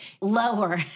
lower